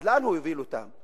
אז לאן הוא יוביל אותם?